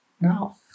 No